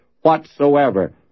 whatsoever